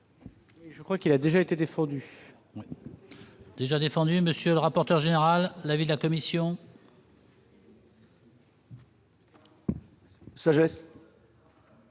Je crois qu'il a déjà été défendue. Déjà défendu monsieur le rapporteur général l'avis de la commission. Sagesse